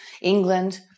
England